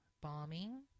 bombing